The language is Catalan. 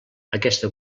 aquesta